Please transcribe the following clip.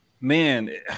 man